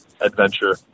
adventure